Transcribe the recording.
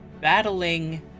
battling